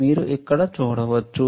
మీరు ఇక్కడ చూడవచ్చు